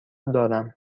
دارم